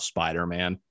Spider-Man